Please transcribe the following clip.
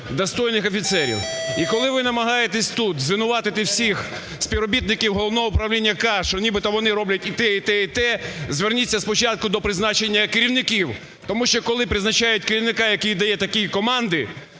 достойних офіцерів. І, коли ви намагаєтесь тут звинуватити всіх співробітників Головного управління "К", що нібито вони роблять і те, і те, і те, зверніться спочатку до призначення керівників, тому що, коли призначають керівника, який дає такі команди